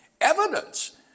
evidence